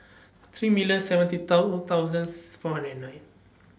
three million seventy thousandth four hundred and nine